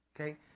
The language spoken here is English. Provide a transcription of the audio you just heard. Okay